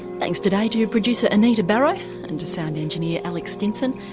thanks today to producer anita barraud and to sound engineer alex stinson.